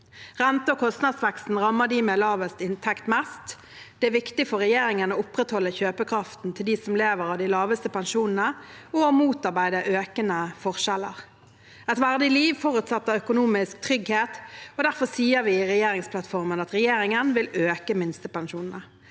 Rente- og kostnadsveksten rammer dem med lavest inntekt mest. Det er viktig for regjeringen å opprettholde kjøpekraften til dem som lever av de laveste pensjonene, og å motarbeide økende forskjeller. Et verdig liv forutsetter økonomisk trygghet. Derfor sier vi i regjeringsplattformen at regjeringen vil øke minstepensjonene.